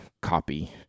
copy